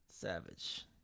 Savage